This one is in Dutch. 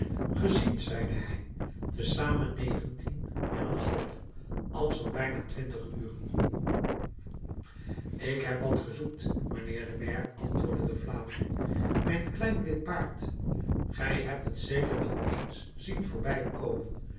ziet zeide hij te zamen negentien en een half alzoo bijna twintig uren ik heb wat ge zoekt mijnheer de maire antwoordde de vlaming mijn klein wit paard gij hebt het zeker wel eens zien